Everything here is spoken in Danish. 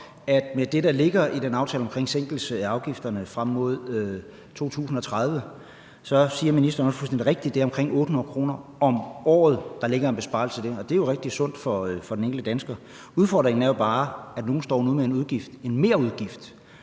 at med det, der ligger i den aftale omkring sænkelse af afgifterne frem mod 2030, så er det fuldstændig rigtigt, at det er omkring 800 kr. om året, der ligger en besparelse på. Det er jo rigtig sundt for den enkelte dansker. Udfordringen er bare, at nogle nu står med en merudgift